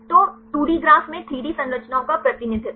तो 2 D graph में 3 D संरचनाओं का प्रतिनिधित्व